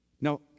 now